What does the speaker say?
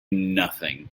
nothing